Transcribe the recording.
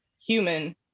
human